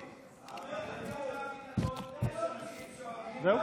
זה היופי, מוסי, היא לא תיערך לעולם, עוד, ועוד,